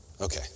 okay